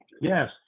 Yes